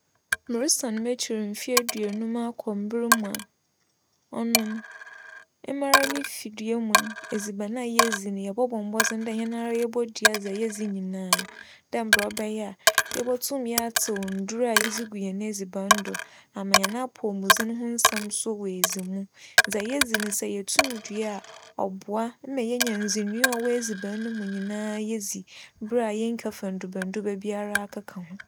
Meresan m'ekyir mfe eduonum akͻ mber mu a, ͻno no, emi mara me fidua mu no, edziban a yedzi no, yɛbͻbͻ mbͻdzen dɛ hɛn ara yebodua dza yedzi nyinara dɛ mbrɛ ͻbɛyɛ a yebotum atse ndur a yɛdze gu hɛn edziban do ama hɛn apͻwmudzen ho nsɛm so woedzi mu. Dza yedzi no sɛ yetum dua a, ͻboa ma yenya ndzinoa a ͻwͻ edziban no mu nyinara yedzi ber a yɛnnkafa ndurba ndurba biara akeka ho.